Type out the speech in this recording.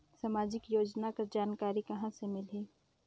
समाजिक योजना कर जानकारी कहाँ से मिलही?